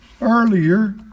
earlier